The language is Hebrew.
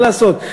מה לעשות,